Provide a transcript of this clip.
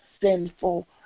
sinful